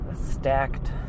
Stacked